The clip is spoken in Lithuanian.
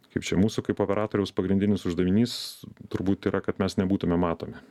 kaip čia mūsų kaip operatoriaus pagrindinis uždavinys turbūt yra kad mes nebūtume matomi